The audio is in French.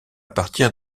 partir